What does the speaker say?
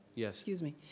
yes? excuse me,